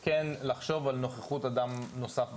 כן לחשוב על נוכחות אדם נוסף.